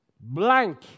blank